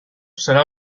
serà